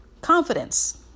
confidence